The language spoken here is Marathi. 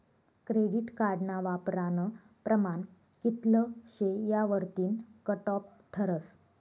क्रेडिट कार्डना वापरानं प्रमाण कित्ल शे यावरतीन कटॉप ठरस